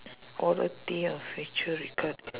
quality or feature regarding